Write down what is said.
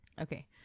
Okay